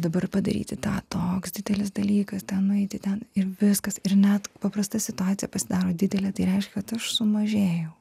dabar padaryti tą toks didelis dalykas ten nueiti ten ir viskas ir net paprasta situacija pasidaro didelė tai reiškia kad aš sumažėjau